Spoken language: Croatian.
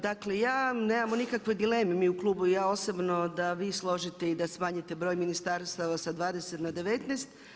Dakle ja, nemamo nikakve dileme, mi u klubu i ja osobno da vi složite i da smanjite broj ministarstava sa 20 na 19.